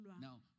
Now